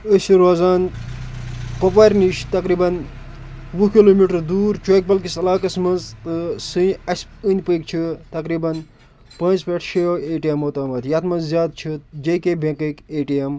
أسۍ چھِ روزان کۄپوارِ نِش تقریٖباً وُہ کِلوٗ میٖٹَر دوٗر چوکہِ بَل کِس علاقَس منٛز تہٕ سُے اَسہِ أنٛدۍ پٔکۍ چھِ تقریٖباً پانٛژِ پٮ۪ٹھ شیٚیو اے ٹی اٮ۪مو تامَتھ یَتھ منٛز زیادٕ چھُ جے کے بٮ۪نٛکٕکۍ اے ٹی اٮ۪م